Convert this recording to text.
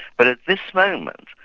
but at this moment,